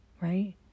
right